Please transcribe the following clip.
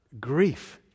grief